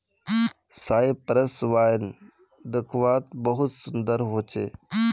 Cyprus wine दाख्वात बहुत सुन्दर होचे